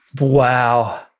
Wow